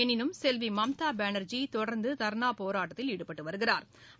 எனினும் செல்வி மம்தா பானா்ஜி தொடா்ந்து தாணா போராட்டத்தில் ஈடுபட்டு வருகிறாா்